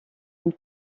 une